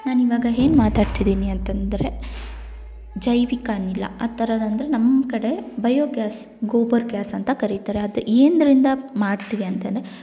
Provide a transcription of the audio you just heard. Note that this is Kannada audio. ನಾನಿವಾಗ ಏನು ಮಾತಾಡ್ತಿದ್ದೀನಿ ಅಂತಂದ್ರೆ ಜೈವಿಕ ಅನಿಲ ಆ ಥರದಂದ್ರೆ ನಮ್ಮ ಕಡೆ ಬಯೋ ಗ್ಯಾಸ್ ಗೋಬರ್ ಗ್ಯಾಸ್ ಅಂತ ಕರಿತಾರೆ ಅದು ಯಾವ್ದ್ರಿಂದ ಮಾಡ್ತೀವಿ ಅಂತಂದ್ರೆ